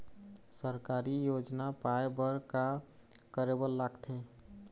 सरकारी योजना पाए बर का करे बर लागथे?